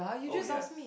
oh yes